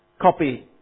copy